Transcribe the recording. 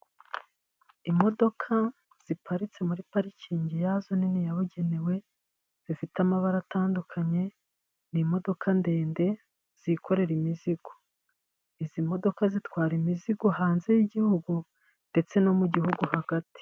Imodoka ziparitse muri parikingi yazo nini yabugenewe zifite amabara atandukanye, ni imodoka ndende zikorera imizigo. Izi modoka zitwara imizigo hanze y'igihugu, ndetse no mu gihugu hagati.